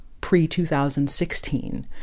pre-2016